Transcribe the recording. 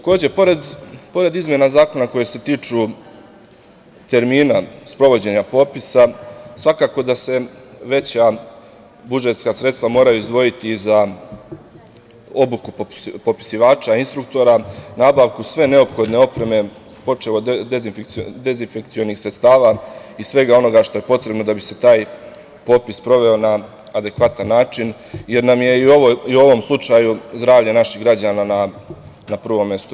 Pored izmena zakona koje se tiču termina sprovođenja popisa svakako da se veća budžetska sredstva moraju izdvojiti i za obuku popisivača, instruktora, nabavku sve neophodne opreme, počev od dezinfekcionih sredstava i svega onoga što je potrebno da bi se taj popis sproveo na adekvatan način jer nam je i u ovom slučaju zdravlje naših građana na prvom mestu.